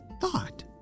thought